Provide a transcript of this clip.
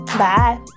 Bye